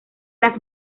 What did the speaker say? las